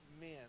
men